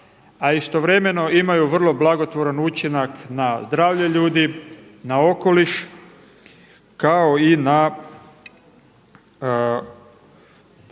A istovremeno imaju vrlo blagotvoran učinak na zdravlje ljudi, na okoliš kao i na